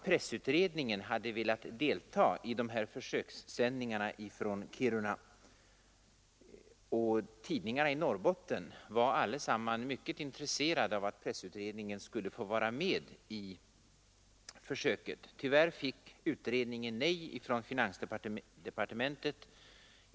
Pressutredningen hade velat delta i försökssändningarna i Kiruna, och tidningarna i Norrbotten var alla mycket intresserade av att utredningen skulle få vara med i försöken. Tyvärr fick utredningen emellertid nej från finansdepartementet.